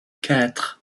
quatre